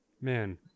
man